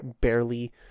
barely